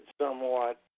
somewhat